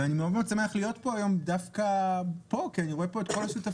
אני שמח מאוד להיות דווקא כאן היום כי אני רואה כאן את כל השותפים